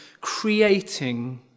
creating